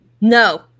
No